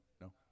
no